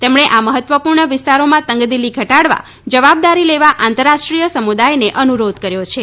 તેમણે આ મફત્વપૂર્ણ વિસ્તારોમાં તંગદીલી ઘટાડવા જવાબદારી લેવા આંતરરાષ્ટ્રીય સમુદાયને અનુરોધ કર્યો છે